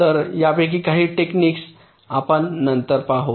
तर यापैकी काही टेक्निक्स आपण नंतर पाहू